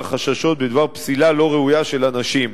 מהחששות בדבר פסילה לא ראויה של אנשים,